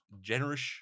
generous